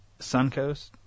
Suncoast